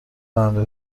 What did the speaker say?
راننده